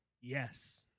Yes